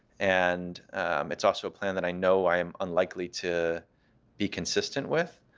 and it's also a plan that i know i am unlikely to be consistent with.